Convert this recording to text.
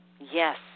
Yes